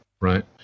right